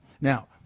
Now